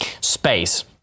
space